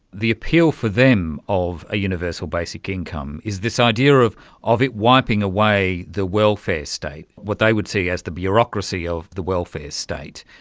the appeal for them for a universal basic income is this idea of of it wiping away the welfare state, what they would see as the bureaucracy of the welfare state,